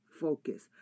focus